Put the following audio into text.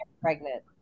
pregnant